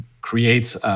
creates